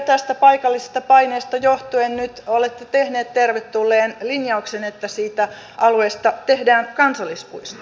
tästä paikallisesta paineesta johtuen nyt olette tehneet tervetulleen linjauksen että siitä alueesta tehdään kansallispuisto